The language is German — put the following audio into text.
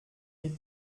mit